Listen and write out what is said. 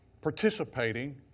participating